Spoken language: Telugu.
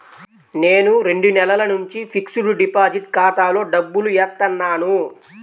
నేను రెండు నెలల నుంచి ఫిక్స్డ్ డిపాజిట్ ఖాతాలో డబ్బులు ఏత్తన్నాను